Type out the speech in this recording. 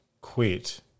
quit